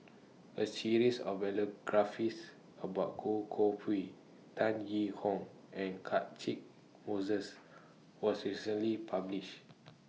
A series of biographies about Goh Koh Pui Tan Yee Hong and Catchick Moses was recently published